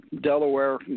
Delaware